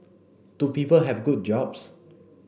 do people have good jobs